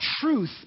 truth